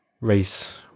race